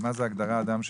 הגדרה של